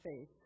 faith